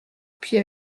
puis